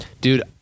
Dude